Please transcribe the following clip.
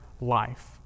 life